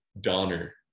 donner